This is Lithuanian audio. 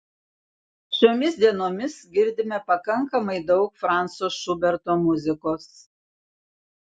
šiomis dienomis girdime pakankamai daug franco šuberto muzikos